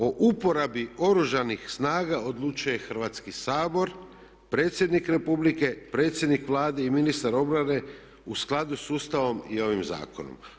O uporabi Oružanih snaga odlučuje Hrvatski sabor, predsjednik Republike, predsjednik Vlade i ministar obrane u skladu sa Ustavom i ovim zakonom.